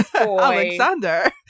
Alexander